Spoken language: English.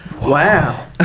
Wow